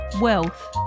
Wealth